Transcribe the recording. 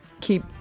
keep